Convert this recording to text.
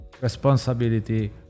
responsibility